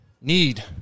need